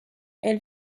elle